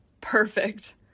Perfect